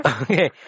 Okay